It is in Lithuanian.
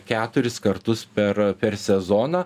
keturis kartus per per sezoną